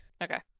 Okay